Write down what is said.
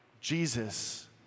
Jesus